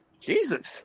jesus